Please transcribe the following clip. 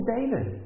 David